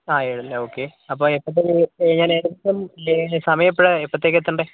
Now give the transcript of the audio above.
ആ ഏഴ് അല്ലെ ഓക്കെ അപ്പോൾ എപ്പോഴത്തേക്ക് എങ്ങനെ ഞാൻ ഏകദേശം സമയമെപ്പോഴാണ് എപ്പോഴത്തേക്കാണ് എത്തേണ്ടത്